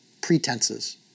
Pretenses